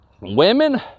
Women